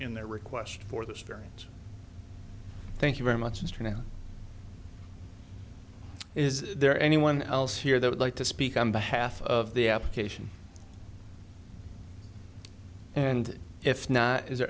in their request for this variance thank you very much and you know is there anyone else here that would like to speak on behalf of the application and if not is there